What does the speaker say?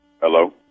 Hello